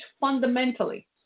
fundamentally